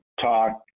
talk